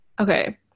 okay